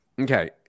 Okay